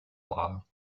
law